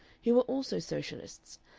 who were also socialists,